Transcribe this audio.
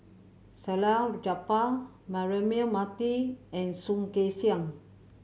Salleh Japar Braema Mathi and Soh Kay Siang